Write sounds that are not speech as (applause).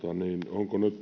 onko nyt (unintelligible)